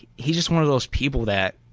he just one of those people that,